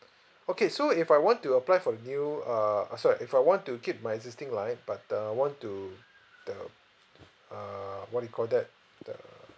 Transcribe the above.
okay so if I want to apply for the new err uh sorry if I want to keep my existing line but I want to the err what you call that the